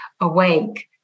awake